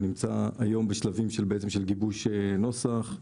ונמצא היום בשלבים של גיבוש נוסח.